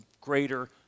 greater